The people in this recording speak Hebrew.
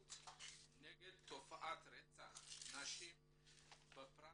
סולידריות נגד תופעת רצח נשים בפרט